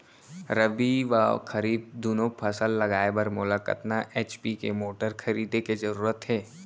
रबि व खरीफ दुनो फसल लगाए बर मोला कतना एच.पी के मोटर खरीदे के जरूरत हे?